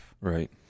Right